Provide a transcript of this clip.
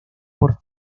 por